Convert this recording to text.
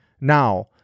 now